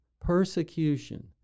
persecution